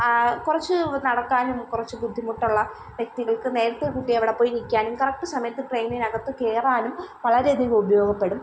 കുറച്ച് നടക്കാനും കുറച്ച് ബുദ്ധിമുട്ടുള്ള വ്യക്തികൾക്ക് നേരത്തെ കൂട്ടി അവിടെപ്പോയി നിൽക്കാനും കറക്ട് സമയത്ത് ട്രെയിനിനകത്ത് കയറാനും വളരെയധികം ഉപയോഗപ്പെടും